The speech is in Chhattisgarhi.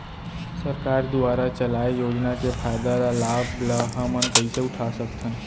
सरकार दुवारा चलाये योजना के फायदा ल लाभ ल हमन कइसे उठा सकथन?